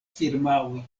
firmaoj